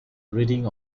reading